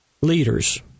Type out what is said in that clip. leaders